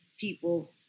people